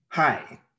Hi